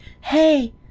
Hey